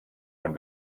und